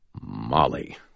Molly